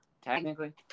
Technically